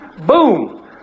Boom